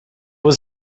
was